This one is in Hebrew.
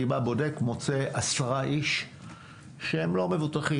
מוצא עשרה אנשים שלא מבוטחים.